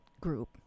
group